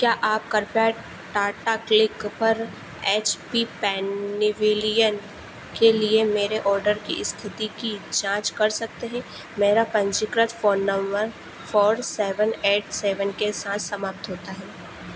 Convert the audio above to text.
क्या आप कृपया टाटा क्लिक पर एच पी पेनेविलियन के लिए मेरे ऑर्डर की स्थिति की जांच कर सकते हैं मेरा पंजीकृत phone number four seven eight seven के साथ समाप्त होता है